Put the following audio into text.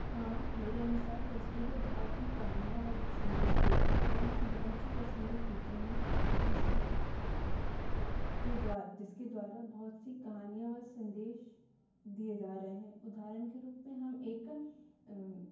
हाँ मेरे अनुसार तस्वीरें बहुत सी कहानियाँ व संदेश देती है मैंने ऐसी बहुत सी तस्वीरें खींची है जिसमें के द्वारा जिसके द्वारा बहुत सी कहानीयाँ व संदेश दिए जा रहे हैं उदाहरण के रूप में हम एक